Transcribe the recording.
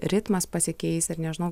ritmas pasikeis ir nežinau